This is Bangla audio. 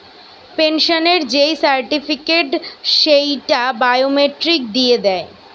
পেনসনের যেই সার্টিফিকেট, সেইটা বায়োমেট্রিক দিয়ে দেয়